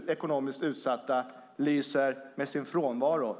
- lyser med sin frånvaro.